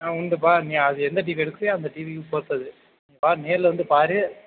ஆ உண்டுப்பா நீ அது எந்த டிவி எடுக்கிறியோ அந்த டிவிக்கு பொறுத்தது நீ பார் நேரில் வந்து பார்